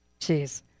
Jeez